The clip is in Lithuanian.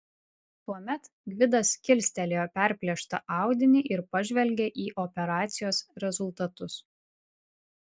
tuomet gvidas kilstelėjo perplėštą audinį ir pažvelgė į operacijos rezultatus